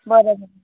बरं बरं